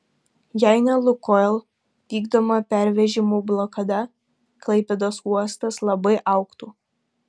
jei ne lukoil vykdoma pervežimų blokada klaipėdos uostas labai augtų